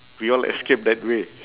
we all escape that way